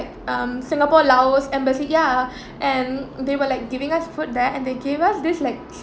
um singapore laos embassy ya and they were like giving us food there and they give us this like